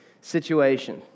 situation